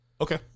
Okay